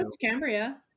Cambria